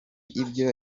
ibyo